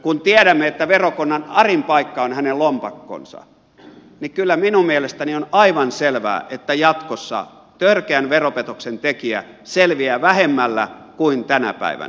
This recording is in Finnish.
kun tiedämme että verokonnan arin paikka on hänen lompakkonsa niin kyllä minun mielestäni on aivan selvää että jatkossa törkeän veropetoksen tekijä selviää vähemmällä kuin tänä päivänä